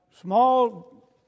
small